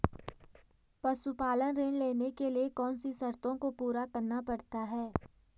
पशुपालन ऋण लेने के लिए कौन सी शर्तों को पूरा करना पड़ता है?